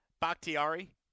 Bakhtiari